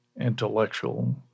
intellectual